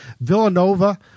Villanova